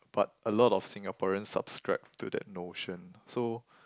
but a lot of Singaporeans subscribe to that notion so